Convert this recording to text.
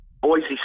Boise